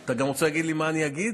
אתה גם רוצה להגיד לי מה אני אגיד?